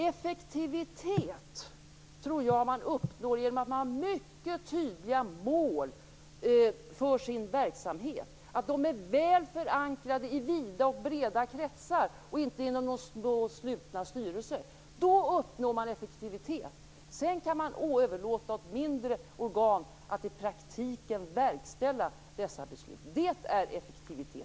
Effektivitet uppnår man genom att ha mycket tydliga mål för sin verksamhet som är väl förankrade i vida kretsar och inte inom små, slutna styrelser. Då uppnår man effektivitet! Sedan kan man överlåta åt mindre organ att verkställa dessa beslut i praktiken.